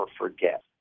forget